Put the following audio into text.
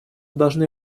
должны